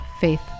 faith